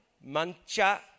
mancha